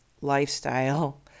lifestyle